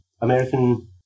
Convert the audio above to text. American